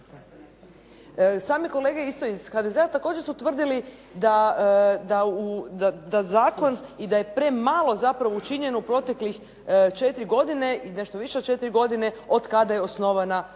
Sami kolege isto iz HDZ-a također su tvrdili da zakon i da je premalo zapravo učinjeno u proteklih četiri godine, nešto više od četiri godine od kada je osnovana agencija.